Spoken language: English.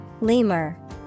Lemur